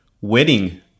wedding